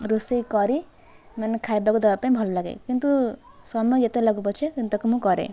ରୋଷେଇ କରି ମାନେ ଖାଇବାକୁ ଦେବା ପାଇଁ ଭଲ ଲାଗେ କିନ୍ତୁ ସମୟ ଏତେ ଲାଗୁ ପଛେ କିନ୍ତୁ ତାକୁ ମୁଁ କରେ